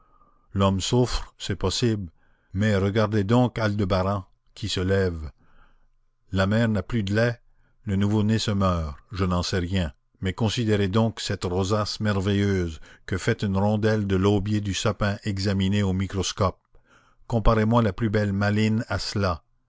l'homme souffre c'est possible mais regardez donc aldebaran qui se lève la mère n'a plus de lait le nouveau-né se meurt je n'en sais rien mais considérez donc cette rosace merveilleuse que fait une rondelle de l'aubier du sapin examinée au microscope comparez moi la plus belle malines à cela